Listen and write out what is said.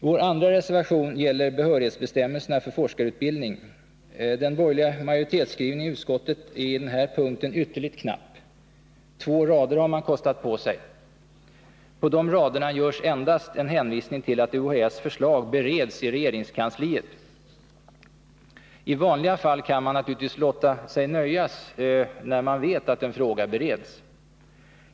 Vår andra reservation gäller behörighetsbestämmelserna för forskarutbildning. Den borgerliga majoritetsskrivningen i utskottet är på den här punkten ytterligt knapp — två rader har man kostat på sig. På de raderna görs endast en hänvisning till att UHÄ:s förslag bereds i regeringskansliet. I vanliga fall kan man naturligtvis låta sig nöjas, när man vet att en fråga bereds.